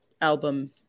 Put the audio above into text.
album